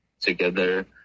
together